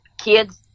kids